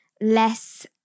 less